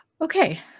okay